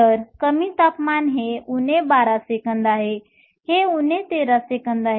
तर कमी तापमानात हे उणे 12 सेकंद आहे हे उणे 13 सेकंद आहे